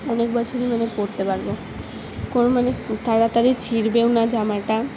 অনেক বছরই মানে পরতে পারব কোনো মানে তাড়াতাড়ি ছিঁড়বেও না জামাটা